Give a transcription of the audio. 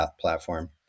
platform